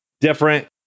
different